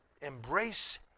embrace